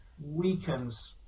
weakens